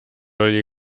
oli